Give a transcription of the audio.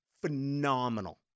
phenomenal